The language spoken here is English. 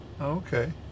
Okay